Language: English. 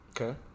Okay